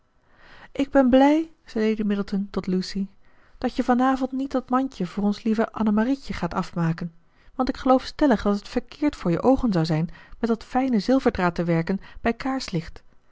ik ben blij zei lady middleton tot lucy dat je van avond niet dat mandje voor ons lieve annemarietje gaat afmaken want ik geloof stellig dat het verkeerd voor je oogen zou zijn met dat fijne zilverdraad te werken bij kaarslicht